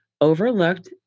overlooked